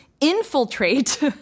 infiltrate